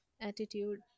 Attitude